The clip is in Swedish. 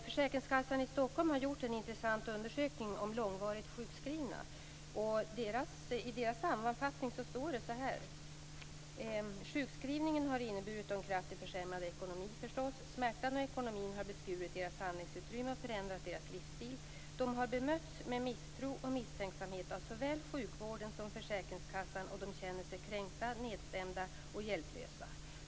Försäkringskassan i Stockholm har gjort en intressant undersökning om långvarigt sjukskrivna. I sammanfattningen står följande: "Sjukskrivningen har inneburit en kraftigt försämrad ekonomi. Smärtan och ekonomin har beskurit deras handlingsutrymme och förändrat deras livsstil. De har bemötts med misstro och misstänksamhet av såväl sjukvården som försäkringskassan och de känner sig kränkta, nedstämda och hjälplösa.